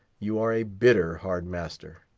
you are a bitter hard master.